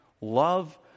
Love